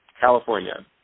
California